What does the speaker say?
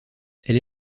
elle